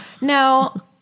Now